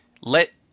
let